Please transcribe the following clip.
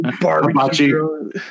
Barbecue